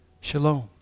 shalom